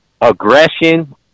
aggression